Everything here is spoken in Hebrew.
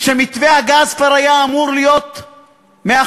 שמתווה הגז כבר היה אמור להיות מאחורינו.